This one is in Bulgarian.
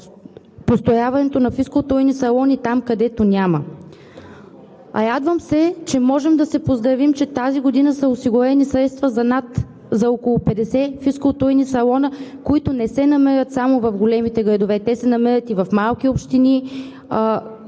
за построяването на физкултурни салони, където няма. Радвам се, че можем да се поздравим, че тази година са осигурени средства за около 50 физкултурни салона, които не се намират само в големите градове, намират се и в малки общини,